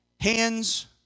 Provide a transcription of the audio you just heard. hands